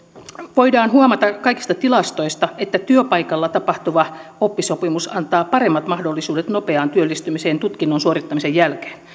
voidaan huomata kaikista tilastoista että työpaikoilla tapahtuva oppisopimus antaa paremmat mahdollisuudet nopeaan työllistymiseen tutkinnon suorittamisen jälkeen